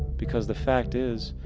because the fact is,